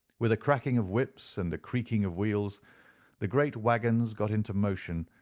with a cracking of whips and a creaking of wheels the great waggons got into motion,